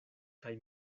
kaj